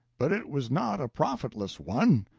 but it was not a profitless one.